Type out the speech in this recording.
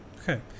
okay